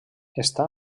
està